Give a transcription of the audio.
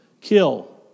kill